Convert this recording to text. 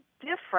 different